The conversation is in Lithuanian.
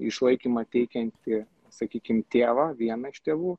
išlaikymą teikiantį sakykim tėvą vieną iš tėvų